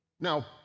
Now